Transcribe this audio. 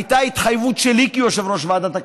הייתה התחייבות שלי כיושב-ראש ועדת הכלכלה,